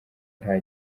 nta